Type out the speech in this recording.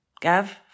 Gav